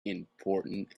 important